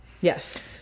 Yes